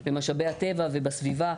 לא נפגע במשאבי הטבע ובסביבה,